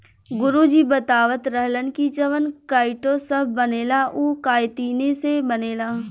गुरु जी बतावत रहलन की जवन काइटो सभ बनेला उ काइतीने से बनेला